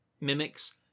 mimics